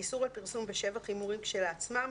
איסור על פרסום בשבח הימורים כשלעצמם,